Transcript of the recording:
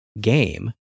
game